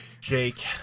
jake